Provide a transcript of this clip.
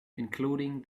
including